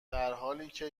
حالیکه